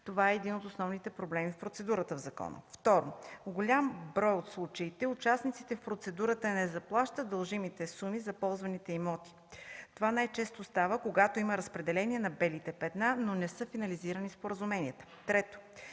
Това е един от основните проблеми в процедурата в закона. Второ, в голям брой от случаите участниците в процедурата не заплащат дължимите суми за ползваните имоти. Това най-често става, когато има разпределение на белите петна, но не са финализирани в споразумението. Трето,